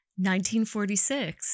1946